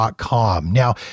Now